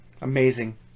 amazing